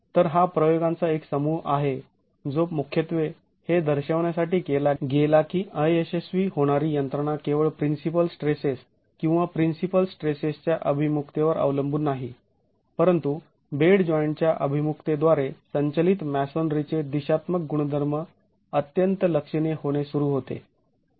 तर हा प्रयोगांचा एक समूह आहे जो मुख्यत्वे हे दर्शवण्यासाठी केला गेला की अयशस्वी होणारी यंत्रणा केवळ प्रिन्सिपल स्ट्रेसेस किंवा प्रिन्सिपल स्ट्रेसेसच्या अभिमुखतेवर अवलंबून नाही परंतु बेड जॉईंट च्या अभिमुखतेद्वारे संचलित मॅसोनरीचे दिशात्मक गुणधर्म अत्यंत लक्षणीय होणे सुरू होते